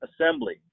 assembly